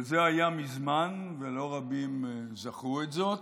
אבל זה היה מזמן ולא רבים זכרו זאת,